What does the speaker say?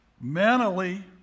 mentally